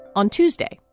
on tuesday,